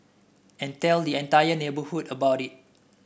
and tell the entire neighbourhood about it